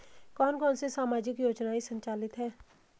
कौन कौनसी सामाजिक योजनाएँ संचालित है?